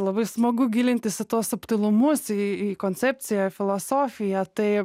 labai smagu gilintis į tuos subtilumus į į koncepciją filosofiją tai